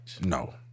No